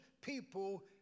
people